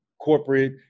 corporate